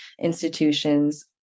institutions